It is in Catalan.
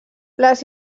les